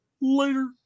Later